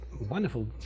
wonderful